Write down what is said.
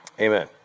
Amen